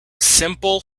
simple